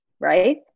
Right